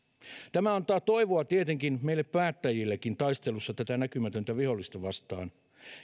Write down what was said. tämä antaa toivoa tietenkin meille päättäjillekin taistelussa tätä näkymätöntä vihollista vastaan